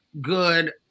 good